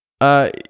Uh